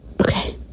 okay